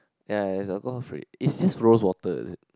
ya it's alcohol free it's just rose water is it